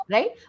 Right